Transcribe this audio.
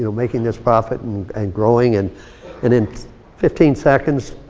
you know making this profit and and growing. and and in fifteen seconds,